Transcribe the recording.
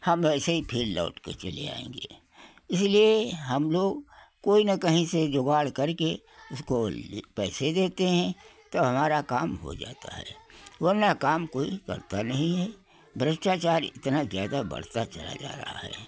हम ऐसे ही फिर लौट के चले आऍंगे इसलिए हम लोग कोई ना कहीं से जुगाड़ करके इसको पैसे देते हैं तो हमारा काम हो जाता है वरना काम कोई करता नहीं है भ्रष्टाचार इतना ज़्यादा बढ़ता चला जा रहा है